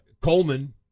Coleman